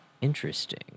Interesting